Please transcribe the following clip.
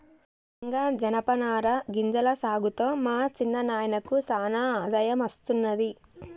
రంగా జనపనార గింజల సాగుతో మా సిన్న నాయినకు సానా ఆదాయం అస్తున్నది